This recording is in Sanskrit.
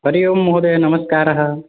हरि ओम् महोदय नमस्कारः